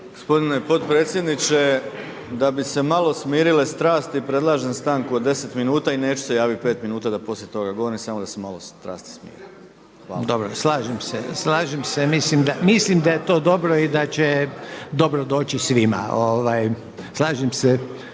Gospodine potpredsjedniče, da bi se malo smirile strasti predlažem stanku od 10 minuta i neću se javit pet minuta da poslije toga govorim, samo da se malo strasti smire. Hvala. **Reiner, Željko (HDZ)** Dobro. Slažem se. Mislim da je to dobro i da će dobro doći svima. Slažem se.